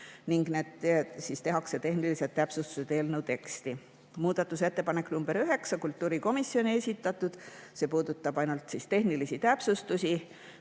ning tehakse tehnilised täpsustused eelnõu teksti. Muudatusettepanek nr 9, kultuurikomisjoni esitatud, puudutab ainult tehnilisi täpsustusi.